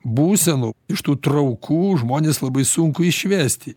būsenų iš tų traukų žmonės labai sunku išvesti